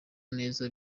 neza